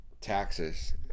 Taxes